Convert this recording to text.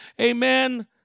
Amen